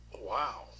Wow